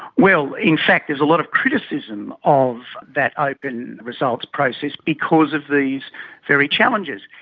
well, in fact there's a lot of criticism of that open results process because of these very challenges.